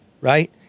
Right